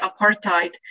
apartheid